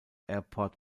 airport